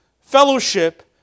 fellowship